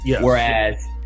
whereas